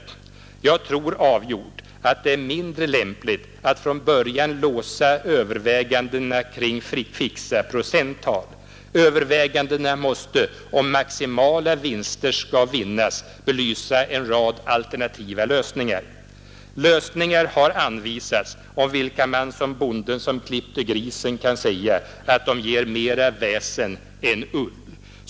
Jag tror avgjort att det är mindre lämpligt att från början låsa övervägandena kring fixa procenttal. Övervägandena måste om maximala vinster skall vinnas belysa en rad alternativa lösningar. Lösningar har anvisats om vilka man med bonden som klippte grisen kan säga, att de ger mera väsen än ull.